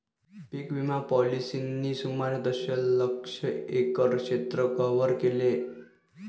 पीक विमा पॉलिसींनी सुमारे दशलक्ष एकर क्षेत्र कव्हर केले